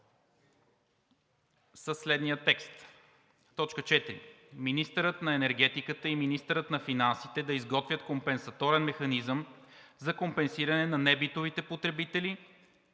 следния текст: „4. Министърът на енергетиката и министърът на финансите да изготвят компенсаторен механизъм за компенсиране на небитовите потребители